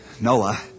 Noah